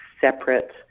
separate